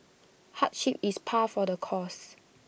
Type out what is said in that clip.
hardship is par for the course